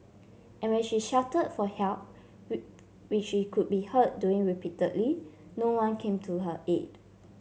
and when she shouted for help we which she could be heard doing repeatedly no one came to her aid